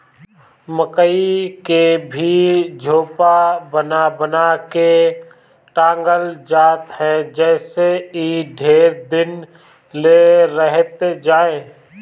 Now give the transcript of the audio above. मकई के भी झोपा बना बना के टांगल जात ह जेसे इ ढेर दिन ले रहत जाए